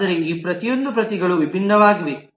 ಆದರೆ ಈ ಪ್ರತಿಯೊಂದು ಪ್ರತಿಗಳು ವಿಭಿನ್ನವಾಗಿವೆ